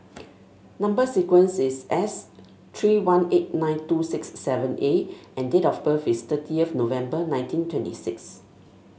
number sequence is S three one eight nine two six seven A and date of birth is thirty of November nineteen twenty six